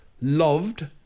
loved